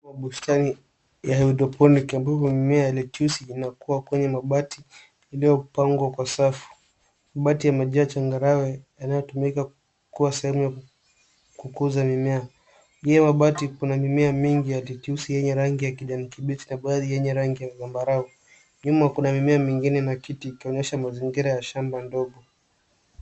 Bustani ya haidroponiki , ambapo mimea ya letusi inakuwa kwenye mabati, yaliyopangwa kwa safu. Mabati yamejaa changarawe, yanayotumika kuwa sehemu ya kukuza mimea. Hiyo mabati kuna mimea mingi ya letusi yenye rangi ya kijani kibichi na baadhi yenye rangi ya zambarau. Nyuma kuna mimea mengine na kiti, ikionyesha mazingira ya shamba ndogo.